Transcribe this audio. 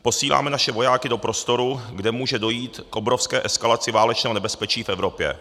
Posíláme naše vojáky do prostoru, kde může dojít k obrovské eskalaci válečného nebezpečí v Evropě.